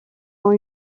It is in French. ont